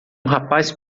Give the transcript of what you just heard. rapaz